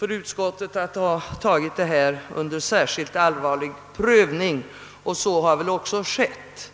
utskottet anledning att ta förslaget under särskilt allvarlig prövning. En sådan har också skett.